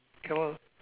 can one